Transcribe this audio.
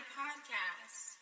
podcast